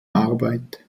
arbeit